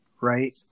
right